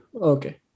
Okay